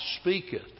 speaketh